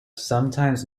sometimes